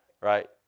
Right